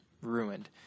ruined